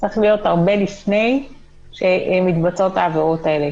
צריך להיות הרבה לפני שמתבצעות העבירות האלה,